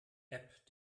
app